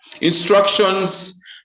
instructions